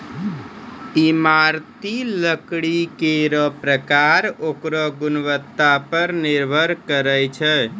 इमारती लकड़ी केरो परकार ओकरो गुणवत्ता पर निर्भर करै छै